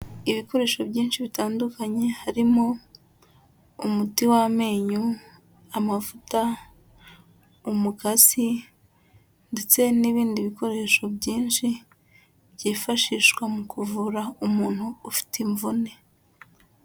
Ibikoresho byinshi bitandukanye harimo umuti w'amenyo, amavuta, umukasi ndetse n'ibindi bikoresho byinshi byifashishwa mu kuvura umuntu ufite imvune.